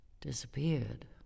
disappeared